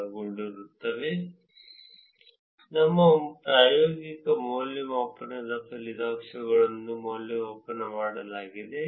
ನಾವು 0 1 ಮತ್ತು 2 ರೊಂದಿಗಿನ ಟೇಬಲ್ ಅನ್ನು ನೋಡುತ್ತೇವೆ ಇದು ಡೇಟಾವನ್ನು ಹೇಗೆ ಸಂಗ್ರಹಿಸಲಾಗಿದೆ ಹೇಗೆ ವಿಶ್ಲೇಷಣೆ ಮಾಡಲಾಗಿದೆ ಬಕೆಟ್ ಮಾಡುವುದು ಹೇಗೆ ಎಂಬುದನ್ನು ಪತ್ತೆಹಚ್ಚಲು ಅನುವು ಮಾಡಿಕೊಡುತ್ತದೆ